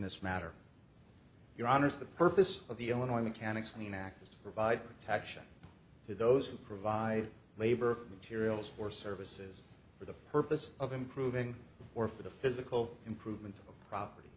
this matter your honor is the purpose of the illinois mechanic's lien act is to provide protection to those who provide labor materials or services for the purpose of improving or for the physical improvement of property